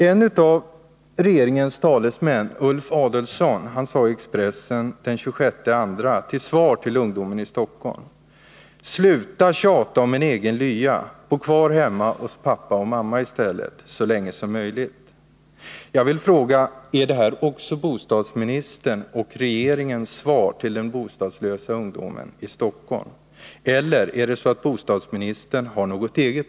En av regeringens talesmän, Ulf Adelsohn, sade i Expressen den 26 februari som svar till ungdomen i Stockholm: ”Sluta tjata om en egen lya. Bo kvar hemma hos mamma och pappa i stället, så länge som möjligt.”